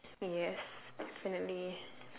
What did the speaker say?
yes definitely